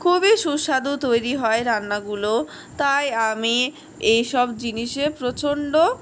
খুবই সুস্বাদু তৈরী হয় রান্নাগুলো তাই আমি এইসব জিনিসে প্রচণ্ড